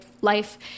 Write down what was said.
life